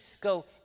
go